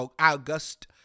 August